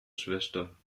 schwester